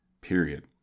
period